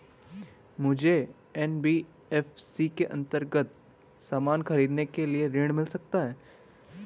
मुझे एन.बी.एफ.सी के अन्तर्गत सामान खरीदने के लिए ऋण मिल सकता है?